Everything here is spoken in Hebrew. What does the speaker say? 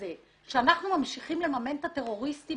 שאנחנו ממשיכים לממן את הטרוריסטים